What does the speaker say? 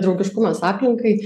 draugiškumas aplinkai